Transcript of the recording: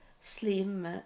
slim